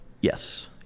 Yes